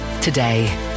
today